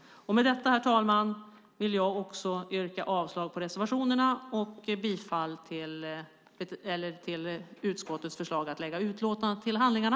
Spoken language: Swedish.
Herr talman! Jag yrkar avslag på reservationerna och bifall till utskottets förslag att lägga utlåtandet till handlingarna.